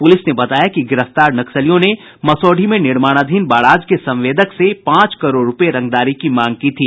police ने बताया कि गिरफ्तार नक्सलियों ने मसौढ़ी में निर्माणाधीन बराज के संवेदक से पांच करोड़ रुपये रंगदारी की मांग की थी